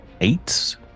eight